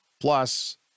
Plus